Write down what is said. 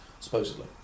supposedly